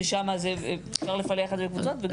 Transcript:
ששם אפשר לפלח לקבוצות.